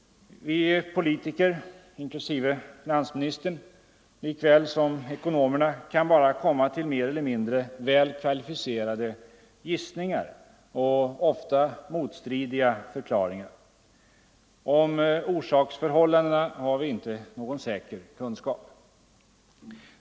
Vi politiker — inklusive finansministern — lika väl som ekonomerna kan bara komma fram till mer eller mindre väl kvalificerade gissningar och ofta motstridiga förklaringar. Om orsaksförhållandena har vi inte någon säker kunskap.